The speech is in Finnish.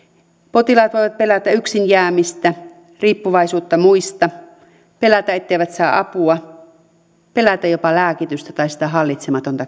potilaat voivat pelätä yksin jäämistä riippuvaisuutta muista pelätä etteivät saa apua pelätä jopa lääkitystä tai sitä hallitsematonta